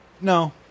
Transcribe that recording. no